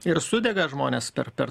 ir sudega žmonės per per